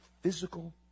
physical